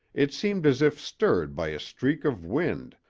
it seemed as if stirred by a streak of wind,